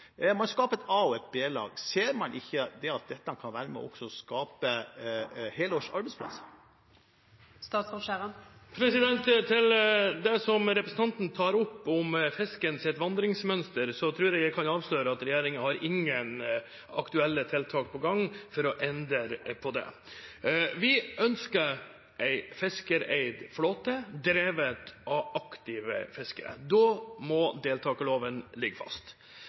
Man skaper et a-lag og et b-lag. Ser man ikke at dette også kan være med på å skape helårsarbeidsplasser? Når det gjelder det som representanten tar opp om fiskens vandringsmønster, tror jeg at jeg kan avsløre at regjeringen har ingen aktuelle tiltak på gang for å endre på det. Vi ønsker en fiskereid flåte, drevet av aktive fiskere. Da må deltakerloven ligge fast.